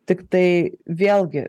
tiktai vėlgi